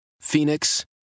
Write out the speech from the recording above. Phoenix